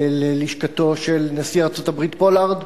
ללשכתו של נשיא ארצות הברית אובמה.